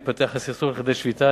התפתח הסכסוך לכדי שביתה,